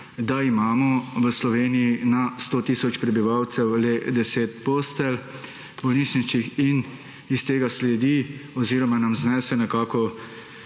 da imamo v Sloveniji na 100 tisoč prebivalcev le 10 postelj bolnišničnih in iz tega sledi oziroma nam znese nekako